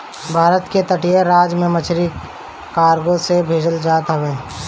भारत के तटीय राज से मछरी कार्गो से भेजल जात हवे